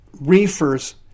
reefers